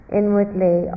inwardly